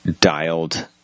dialed